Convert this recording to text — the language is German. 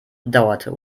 bedauerte